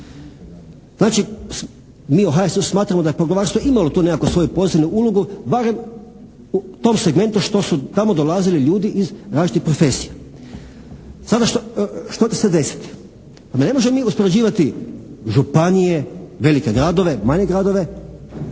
Znači mi u HSU smatramo da je poglavarstvo imalo tu nekakvu svoju posebnu ulogu barem u tom segmentu što su tamo dolazili ljudi iz različitih profesija. Sada, što će se desiti? Ma ne možemo mi uspoređivati županije, velike gradove, manje gradove,